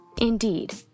Indeed